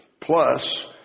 plus